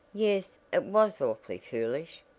yes, it was awfully foolish,